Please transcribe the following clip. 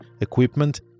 equipment